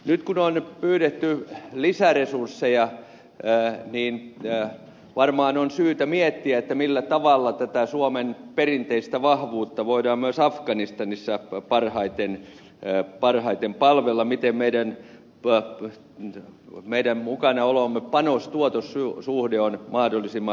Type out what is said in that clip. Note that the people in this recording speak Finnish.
nyt kun on pyydetty lisäresursseja niin varmaan on syytä miettiä millä tavalla tätä suomen perinteistä vahvuutta voidaan myös afganistanissa parhaiten palvella miten meidän mukanaolomme panostuotos suhde on mahdollisimman hyvä